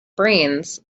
brains